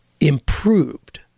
improved